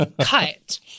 cut